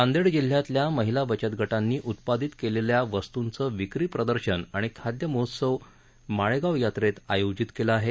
नांदेड जिल्ह्यातल्या महिला बचतगटांनी उत्पादीत केलेल्या वस्तुंचं विक्री प्रदर्शन आणि खाद्यपदार्थ महोत्सव माळेगाव यात्रेत आयोजित केला आहे